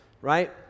right